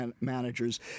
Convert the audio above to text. managers